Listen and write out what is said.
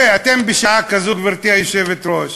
תראי, אתם בשעה כזו, גברתי היושבת-ראש,